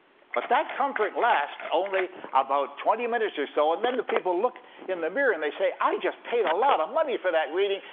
but that comfort lasts only about twenty minutes or so. and then the people look in the mirror, and they say, i just paid a lot of money for that reading.